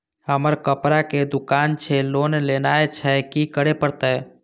हमर कपड़ा के दुकान छे लोन लेनाय छै की करे परतै?